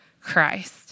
Christ